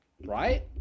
right